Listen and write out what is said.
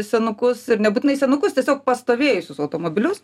senukus ir nebūtinai senukus tiesiog pastovėjusius automobilius